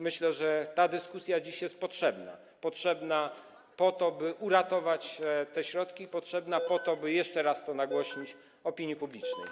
Myślę, że ta dyskusja dziś jest potrzebna - potrzebna do tego, by uratować te środki, i potrzebna do tego, by jeszcze raz to nagłośnić opinii publicznej.